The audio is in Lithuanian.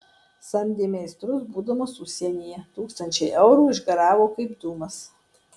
samdė meistrus būdamas užsienyje tūkstančiai eurų išgaravo kaip dūmas